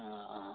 ହଁ ହଁ